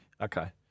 Okay